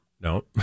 No